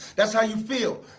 that's how you feel